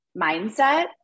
mindset